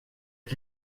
ett